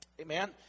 Amen